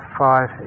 five